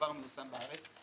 כבר מיושם בארץ.